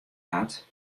hat